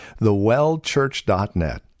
thewellchurch.net